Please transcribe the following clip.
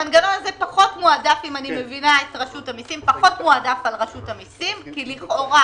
המנגנון הזה פחות מועדף על רשות המיסים, כי לכאורה